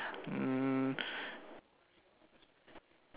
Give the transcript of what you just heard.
mm